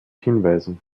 hinweisen